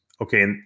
okay